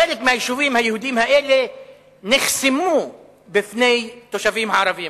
חלק מהיישובים היהודיים האלה נחסמו בפני תושבים ערבים.